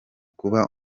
kuba